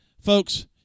Folks